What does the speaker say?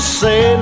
say